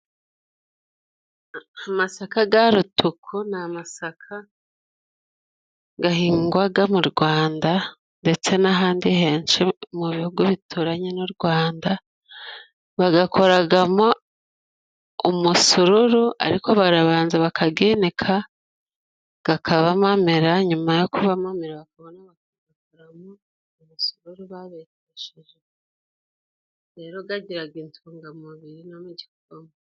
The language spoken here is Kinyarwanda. Amasaka garatuku ni amasaka gahingwaga mu Rwanda ndetse n'ahandi henshi mu bihugu bituranye n'u Rwanda, bagakoragamo umusururu ariko barabanza bakaginika, gakaba amamera, nyuma yo kuba amamera bakakuramo imisururu babetesheje, rero gagiraga intungamubiri no mu gikoma.